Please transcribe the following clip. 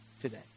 today